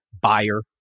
buyer